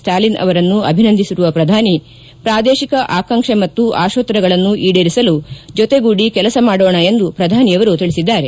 ಸ್ಟಾಲಿನ್ ಅವರನ್ನು ಅಭಿನಂದಿಸಿರುವ ಪ್ರಧಾನಿ ಪ್ರಾದೇಶಿಕ ಆಕಾಂಕ್ಷೆ ಮತ್ತು ಆಶೋತ್ತರಗಳನ್ನು ಈಡೇರಿಸಲು ಜೊತೆಗೂಡಿ ಕೆಲಸ ಮಾಡೋಣ ಎಂದು ಪ್ರಧಾನಿ ಅವರು ತಿಳಿಸಿದ್ದಾರೆ